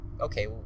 okay